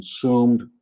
consumed